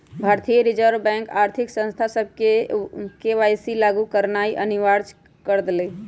भारतीय Reserve Bank आर्थिक संस्था सभके के.वाई.सी लागु करनाइ अनिवार्ज क देलकइ